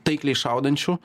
taikliai šaudančių